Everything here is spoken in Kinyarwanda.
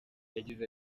yagize